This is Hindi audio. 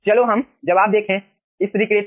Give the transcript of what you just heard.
चलो हम जवाब देखें स्तरीकृत